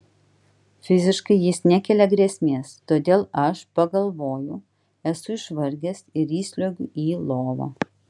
fiziškai jis nekelia grėsmės todėl aš pagalvoju esu išvargęs ir įsliuogiu į lovą